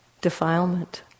defilement